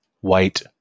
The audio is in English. white